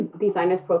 designer's